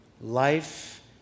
life